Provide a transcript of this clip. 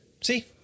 See